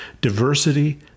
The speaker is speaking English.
diversity